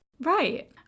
Right